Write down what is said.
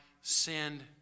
send